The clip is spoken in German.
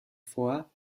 vor